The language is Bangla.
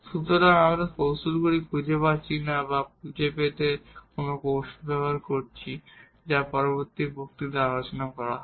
সুতরাং আমরা কৌশলগুলি খুঁজে পাচ্ছি না বা সমাধান খুঁজে পেতে কোন কৌশল ব্যবহার করছি যা পরবর্তী বক্তৃতায় আলোচনা করা হবে